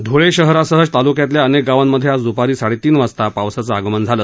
ध्ळे शहरासह ताल्क्यातील अनेक गावांमध्ये आज दूपारी साडे तीन वाजता पावसाचे आगमन झाले